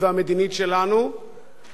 אינו נותן בהם אמון.